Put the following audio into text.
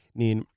niin